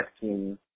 team